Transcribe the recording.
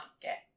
get